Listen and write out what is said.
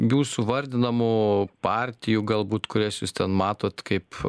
jūsų vardinamų partijų galbūt kurias jūs ten matot kaip